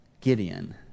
Gideon